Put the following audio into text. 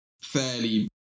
fairly